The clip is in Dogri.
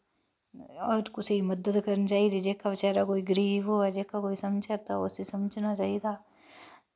और कुसे मदद करनी चाहिदी जेह्का बचैरा कोई गरीब होऐ जेह्का कोई समझा दा होऐ उसी समझना चाहिदा